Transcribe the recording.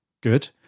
good